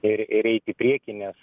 ir ir eit į priekį nes